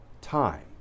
time